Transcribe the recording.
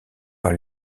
par